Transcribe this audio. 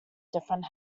different